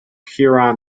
huron